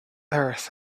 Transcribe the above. earth